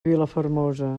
vilafermosa